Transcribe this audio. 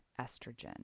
estrogen